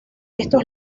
estos